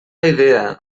idea